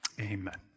Amen